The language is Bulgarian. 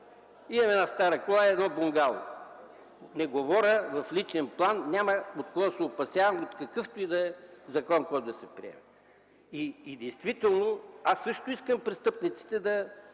имам една стара кола и едно бунгало. Не говоря в личен план, няма от какво да се опасявам, от какъвто и да е закон, който се приеме. Аз също искам престъпниците да